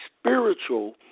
spiritual